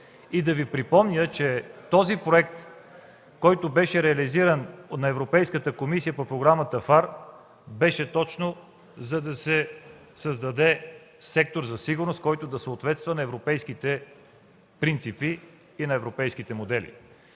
и да Ви припомня, че проектът, който беше реализиран на Европейската комисия по Програма ФАР, беше точно, за да се създаде сектор за сигурност, който да съответства на европейските принципи и на европейските модели.